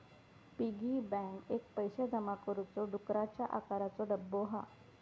piggy bank एक पैशे जमा करुचो डुकराच्या आकाराचो डब्बो हा